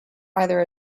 either